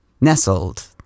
nestled